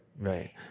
Right